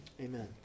amen